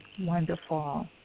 Wonderful